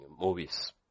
movies